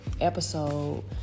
episode